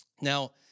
Now